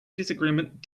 disagreement